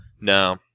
No